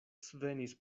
svenis